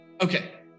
Okay